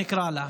נקרא לה.